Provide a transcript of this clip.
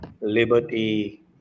liberty